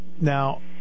Now